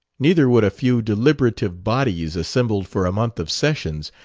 neither would a few deliberative bodies assembled for a month of sessions,